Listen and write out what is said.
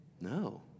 No